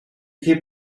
keep